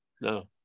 No